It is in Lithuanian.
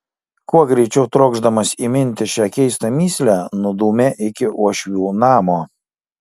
kuo greičiau trokšdamas įminti šią keistą mįslę nudūmė iki uošvių namo